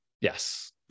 Yes